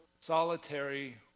solitary